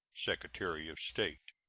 secretary of state.